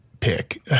pick